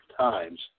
Times